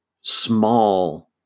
small